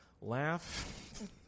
laugh